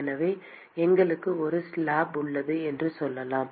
எனவே எங்களுக்கு ஒரு ஸ்லாப் உள்ளது என்று சொல்லலாம்